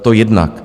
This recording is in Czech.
To jednak.